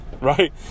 right